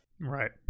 Right